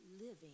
living